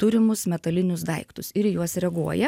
turimus metalinius daiktus ir į juos reaguoja